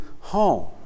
home